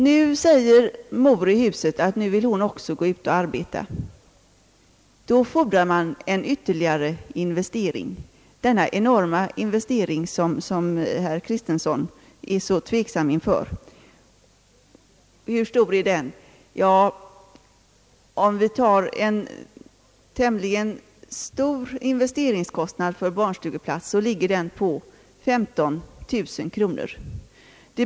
Om nu mor i huset också vill ha arbete utom hemmet, fordras ytterligare den enorma investering, som herr Kristiansson är så tveksam inför. Hur stor är den? En tämligen stor investeringskostnad för en barnstugeplats ligger på 15 000 kronor.